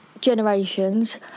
generations